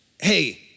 hey